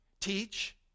teach